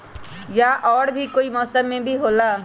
या और भी कोई मौसम मे भी होला?